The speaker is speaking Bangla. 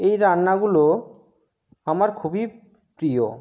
এই রান্নাগুলো আমার খুবই প্রিয়